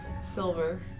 silver